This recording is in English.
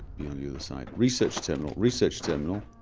be on the other side. research terminal, research terminal